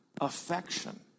affection